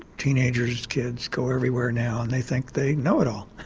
teenagers, kids, go everywhere now and they think they know it all,